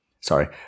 Sorry